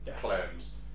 claims